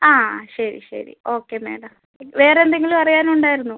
ആ ശരി ശരി ഓക്കെ മാഡം വേറെ എന്തെങ്കിലും അറിയാൻ ഉണ്ടായിരുന്നോ